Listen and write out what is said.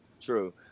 true